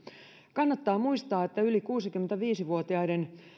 kannattaa muistaa että yli kuusikymmentäviisi vuotiaiden